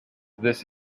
this